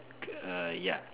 err ya